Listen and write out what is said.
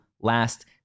last